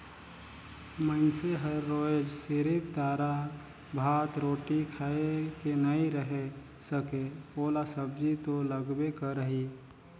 मइनसे हर रोयज सिरिफ दारा, भात, रोटी खाए के नइ रहें सके ओला सब्जी तो लगबे करही